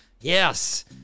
Yes